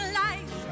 life